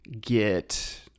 get